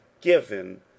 given